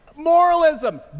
moralism